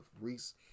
Reese